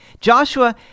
Joshua